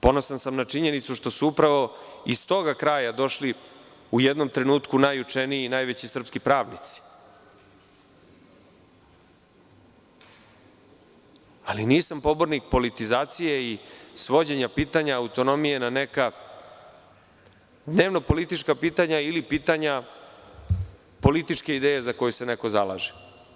Ponosan sam na činjenicu što su upravo iz toga kraja došli u jednom trenutku najučeniji i najveći srpski pravnici, ali nisam pobornik politizacije i svođenja pitanja autonomije na neka dnevno-politička pitanja, ili pitanja političke ideje za koju se neko zalaže.